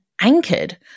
anchored